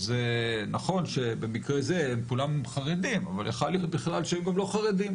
זה נכון שבמקרה זה הם כולם חרדים אבל יכול להיות שהם גם לא חרדים,